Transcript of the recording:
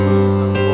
Jesus